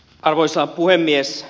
arvoisa puhemies